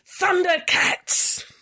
Thundercats